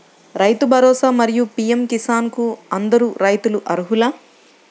రైతు భరోసా, మరియు పీ.ఎం కిసాన్ కు అందరు రైతులు అర్హులా?